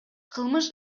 кылмыш